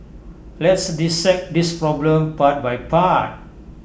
let's dissect this problem part by part